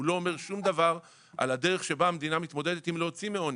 הוא לא אומר שום דבר על הדרך שבה המדינה מתמודדת עם להוציא מעוני.